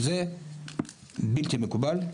זה בלתי מקובל,